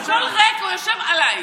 השולחן ריק והוא יושב עליי.